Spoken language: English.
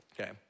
Okay